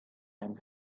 and